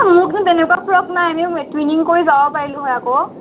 এ মোৰ দেখোন তেনেকুৱা ফ্ৰক নাই টুইনিং কৰি যাব পাৰিলোঁ হয় আক'